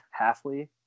Halfley